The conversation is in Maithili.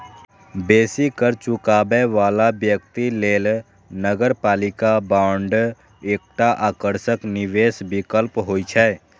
बेसी कर चुकाबै बला व्यक्ति लेल नगरपालिका बांड एकटा आकर्षक निवेश विकल्प होइ छै